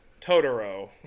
totoro